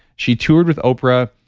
she toured with oprah,